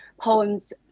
poems